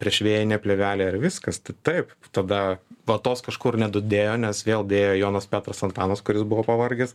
priešvėjinė plėvelė ir viskas taip tada vatos kažkur nedadėjo nes vėl dėjo jonas petras antanas kuris buvo pavargęs